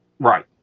Right